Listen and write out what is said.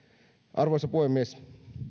arvoisa puhemies